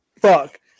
fuck